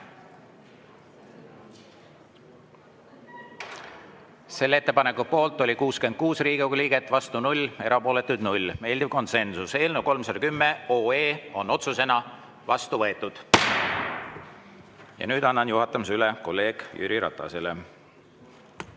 Selle ettepaneku poolt oli 66 Riigikogu liiget, vastu 0, erapooletuid 0. Meeldiv konsensus. Eelnõu 310 on otsusena vastu võetud. Nüüd annan juhatamise üle kolleeg Jüri Ratasele.